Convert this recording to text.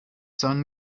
son